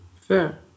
Fair